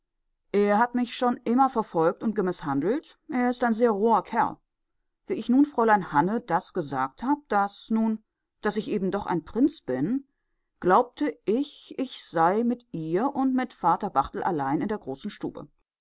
er hat mich schon immer verfolgt und gemißhandelt er ist ein sehr roher kerl wie ich nun fräulein hanne das gesagt hab daß nun daß ich eben doch ein prinz bin glaubte ich ich sei mit ihr und mit vater barthel allein in der großen stube